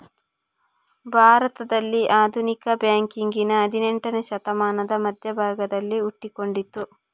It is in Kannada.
ಭಾರತದಲ್ಲಿ ಆಧುನಿಕ ಬ್ಯಾಂಕಿಂಗಿನ ಹದಿನೇಂಟನೇ ಶತಮಾನದ ಮಧ್ಯ ಭಾಗದಲ್ಲಿ ಹುಟ್ಟಿಕೊಂಡಿತು